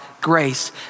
grace